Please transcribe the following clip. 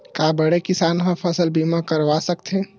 का बड़े किसान ह फसल बीमा करवा सकथे?